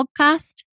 podcast